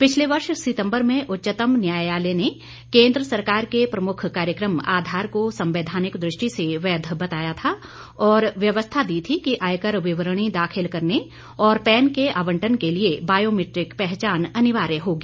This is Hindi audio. पिछले वर्ष सितम्बर में उच्चतम न्यायालय ने केन् द्र सरकार के प्रमुख कार्य क्रम आधार को संवैधानिक दृष्टि से वैध बताया था और व्यवस्था दी थी कि आयकर विवरणी दाखिल करने और पैन के आवंटन के लिए बायोमीट्रि क पहचान अनिवार्य होगी